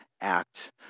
act